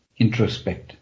introspect